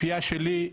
הציפיה שלי,